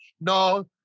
no